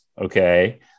okay